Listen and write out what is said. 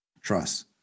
trust